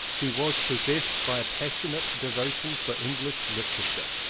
he was possessed by a passionate devotion for english literature.